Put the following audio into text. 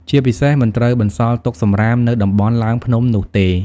ជាពិសេស មិនត្រូវបន្សល់ទុកសំរាមនៅតំបន់ឡើងភ្នំនោះទេ។